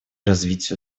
развитию